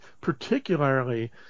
particularly